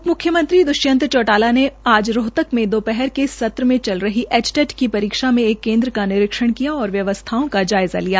उप मुख्यमंत्री दृष्यंत चौटाला ने आज रोहतक मे दोपहर के सत्र में चल रही एचटेट की परीक्षा के एक केन्द्र का निरीक्षण किया और व्यवस्थाओं का जायज़ा लिया